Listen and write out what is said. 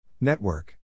Network